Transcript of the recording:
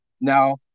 Now